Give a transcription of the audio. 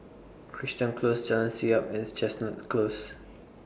Crichton Close Jalan Siap and Chestnut Close